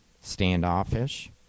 standoffish